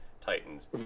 Titans